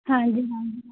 ਹਾਂਜੀ ਹਾਂਜੀ ਹਾਂਜੀ